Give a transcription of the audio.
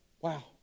Wow